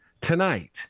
tonight